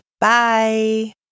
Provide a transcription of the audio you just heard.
bye